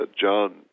John